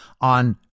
on